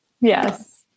Yes